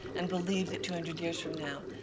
and believe that two hundred years from now,